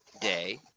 day